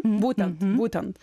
būtent būtent